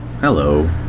hello